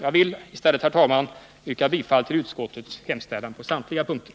Jag vill i stället, herr talman, yrka bifall till utskottets hemställan på samtliga punkter.